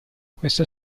questa